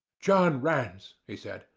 john rance, he said.